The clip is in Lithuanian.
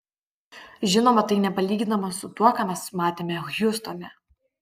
žinoma tai nepalyginama su tuo ką mes matėme hjustone